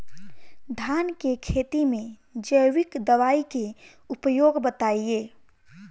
धान के खेती में जैविक दवाई के उपयोग बताइए?